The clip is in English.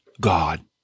God